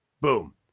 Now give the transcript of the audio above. boom